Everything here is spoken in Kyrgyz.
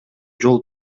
жол